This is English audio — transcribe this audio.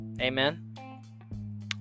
Amen